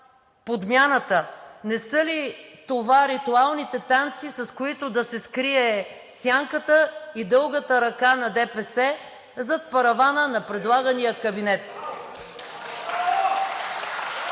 не са ли това ритуалните танци, с които да се скрие сянката и дългата ръка на ДПС зад паравана на предлагания кабинет?